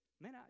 Man